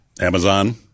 amazon